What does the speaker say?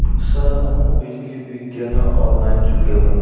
Sir हमू बिजली bill केना ऑनलाईन चुकेबे?